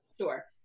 Sure